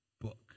book